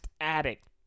Addict